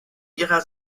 ihrer